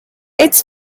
its